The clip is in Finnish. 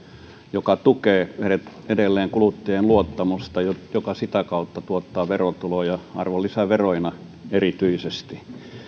joka tukee edelleen kuluttajien luottamusta joka sitä kautta tuottaa verotuloja arvonlisäveroina erityisesti